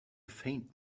faint